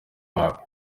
wabo